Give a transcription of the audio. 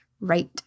right